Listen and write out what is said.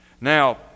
Now